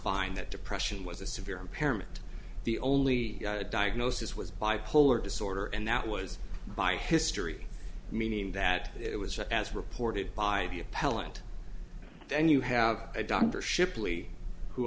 find that depression was a severe impairment the only diagnosis was bipolar disorder and that was by history meaning that it was as reported by the appellant then you have a doctor shipley who